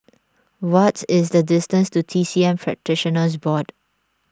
what is the distance to T C M Practitioners Board